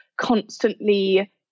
constantly